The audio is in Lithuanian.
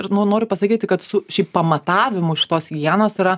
ir nu noriu pasakyti kad su šiaip pamatavimu šitos higienos yra